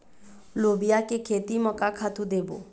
लोबिया के खेती म का खातू देबो?